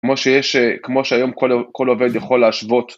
כמו שיש, כמו שהיום כל עובד יכול להשוות.